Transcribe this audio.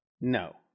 No